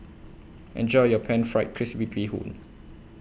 Enjoy your Pan Fried Crispy Bee Hoon